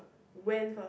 when first